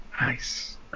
Nice